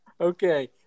Okay